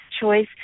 choice